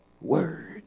word